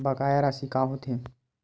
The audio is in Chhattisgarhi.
बकाया राशि का होथे?